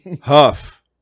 Huff